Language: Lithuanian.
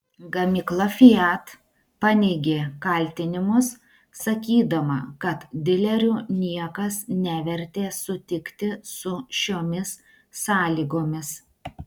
gamykla fiat paneigė kaltinimus sakydama kad dilerių niekas nevertė sutikti su šiomis sąlygomis